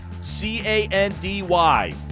C-A-N-D-Y